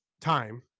time